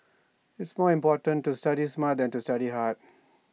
IT is more important to study smart than to study hard